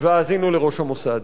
והאזינו לראש המוסד.